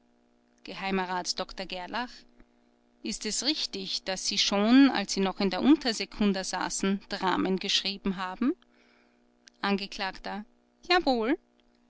geh rat dr gerlach ist es richtig daß sie schon als sie noch in der untersekunda saßen dramen geschrieben haben angekl jawohl